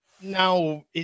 now